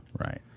right